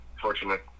fortunate